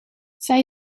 zij